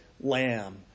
lamb